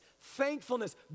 thankfulness